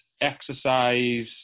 exercise